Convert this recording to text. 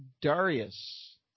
Darius